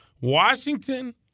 Washington